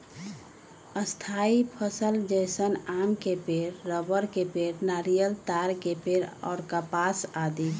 स्थायी फसल जैसन आम के पेड़, रबड़ के पेड़, नारियल, ताड़ के पेड़ और कपास आदि